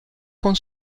con